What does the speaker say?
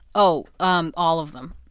oh, um all of them